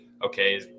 Okay